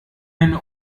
ein